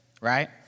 right